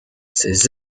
ces